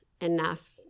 enough